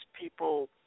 people